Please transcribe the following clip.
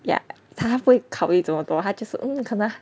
yup 他不会考虑这么多他 just only 可能